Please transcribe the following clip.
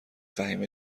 فهیمه